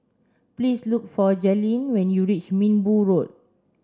please look for Jalyn when you reach Minbu Road